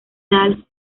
tal